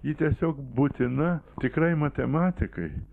ji tiesiog būtina tikrai matematikai